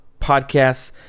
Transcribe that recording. podcasts